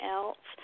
else